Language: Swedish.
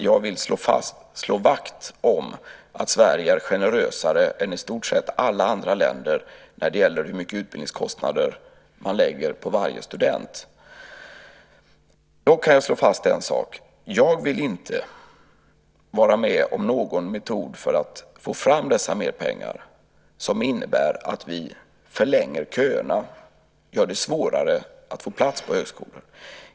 Jag vill slå vakt om att Sverige är generösare än i stort sett alla andra länder när det gäller hur mycket utbildningskostnader man lägger på varje student. Dock kan jag slå fast en sak: Jag vill inte vara med om någon metod för att få fram dessa ytterligare pengar som innebär att vi förlänger köerna, gör det svårare att få plats på högskolorna.